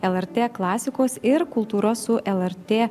lrt klasikos ir kultūros su lrt